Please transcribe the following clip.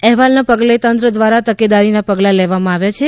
અહેવાલના પગલે તંત્ર દ્વારા તકેદારીનાં પગલાં લેવામાં આવ્યાં છે